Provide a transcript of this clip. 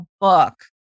book